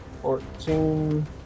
Fourteen